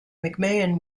mcmahon